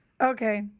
okay